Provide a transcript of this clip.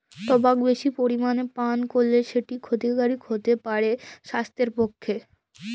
টবাক বেশি পরিমালে পাল করলে সেট খ্যতিকারক হ্যতে পারে স্বাইসথের পরতি